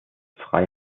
frei